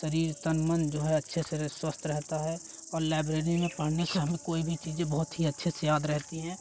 शरीर तन मन जो है अच्छे से स्वस्थ रहता है और लाइब्रेरी में पढ़ने से हमें कोई भी चीजें बहुत ही अच्छे से याद रहती हैं